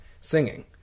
singing